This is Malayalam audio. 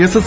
എസ്